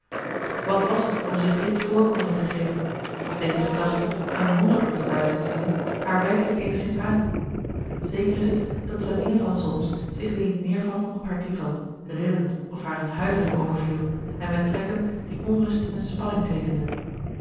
zien was het om zich dit voorkomen te geven of deed de gedachte een wonderdokter bij zich te zien haar werkelijk eenigszins aan zeker is het dat sabina van solms zich weêr liet neêrvallen op haar divan rillend of haar eene huivering overviel en met trekken die onrust en spanning teekenden